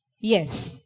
Yes